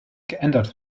geändert